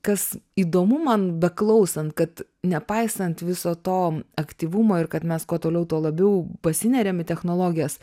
kas įdomu man beklausant kad nepaisant viso to aktyvumo ir kad mes kuo toliau tuo labiau pasineriame į technologijas